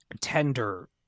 tender